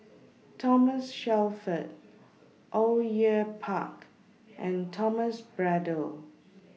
Thomas Shelford Au Yue Pak and Thomas Braddell